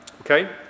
Okay